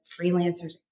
freelancers